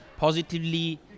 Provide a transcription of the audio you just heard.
Positively